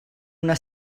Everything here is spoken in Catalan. una